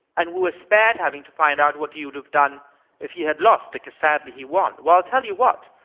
and we were spared having to find out what he would have done if he had lost, because sadly he won. well, i'll tell you what.